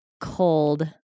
cold